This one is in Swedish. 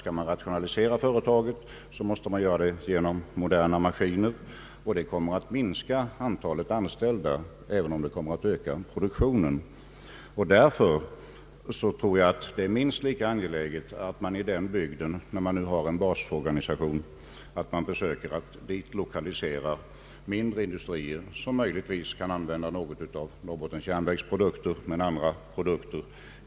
Skall man rationalisera företaget, måste man göra det genom att anskaffa moderna maskiner, vilket kommer att minska antalet anställda, även om det ökar produktionen. Därför tror jag att det är minst lika angeläget att man till denna bygd, där man nu har en basorganisation, försöker att lokalisera mindre industrier, som möjligtvis kan använda några av Norrbottens Järnverks produkter.